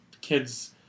kids